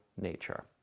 Nature